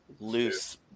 loose